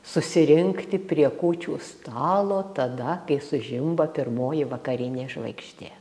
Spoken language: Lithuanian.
susirinkti prie kūčių stalo tada kai sužimba pirmoji vakarinė žvaigždė